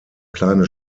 kleine